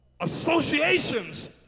Associations